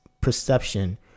perception